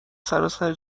سراسر